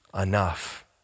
enough